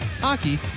hockey